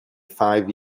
five